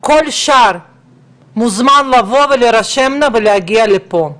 וכל השאר מוזמן לבוא ולהירשם ולהגיע לפה.